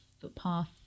footpath